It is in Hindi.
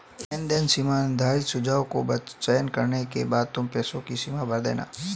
लेनदेन सीमा निर्धारित सुझाव को चयन करने के बाद तुम पैसों की सीमा भर देना